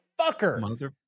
Motherfucker